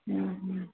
ଉଁ ହୁଁ